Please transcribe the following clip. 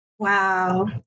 Wow